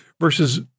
versus